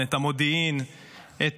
את